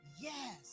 yes